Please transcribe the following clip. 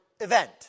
event